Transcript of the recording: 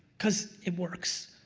cause it works.